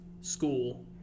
school